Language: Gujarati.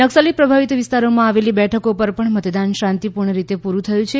નકસલી પ્રભાવિત વિસ્તારોમાં આવેલી બેઠકો પર પણ મતદાન શાંતિપૂર્ણ રીતે પુરું થયું છે